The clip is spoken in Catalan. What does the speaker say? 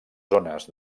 zones